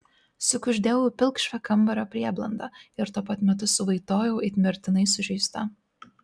sukuždėjau į pilkšvą kambario prieblandą ir tuo pat metu suvaitojau it mirtinai sužeista